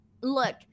look